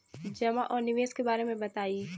जमा और निवेश के बारे मे बतायी?